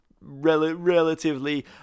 relatively